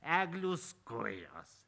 eglių skujos